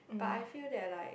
but I feel that like